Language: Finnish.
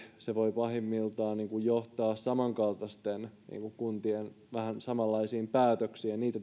se voi pahimmillaan johtaa samankaltaisten kuntien vähän samanlaisiin päätöksiin ja niitä